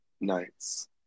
nights